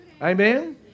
Amen